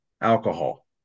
alcohol